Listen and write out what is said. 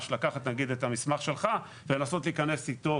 לקחת את המסמך שלך ולנסות להיכנס איתו,